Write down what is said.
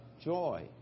joy